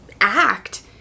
act